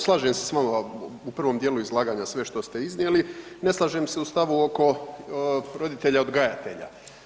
Slažem se s vama u prvom dijelu izlaganja, sve što ste iznijeli, ne slažem se u stavu oko roditelja odgajatelja.